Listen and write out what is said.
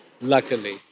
Luckily